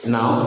Now